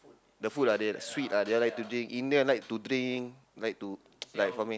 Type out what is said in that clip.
the food ah they like sweet ah they all like to drink Indian like to drink like to like for me